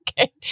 Okay